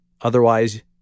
Otherwise